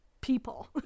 people